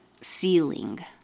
ceiling